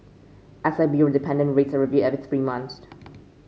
S I B O dependent rates are reviewed every three months